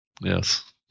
Yes